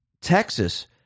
Texas